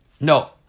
no